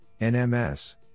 NMS